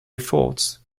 efforts